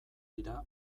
dira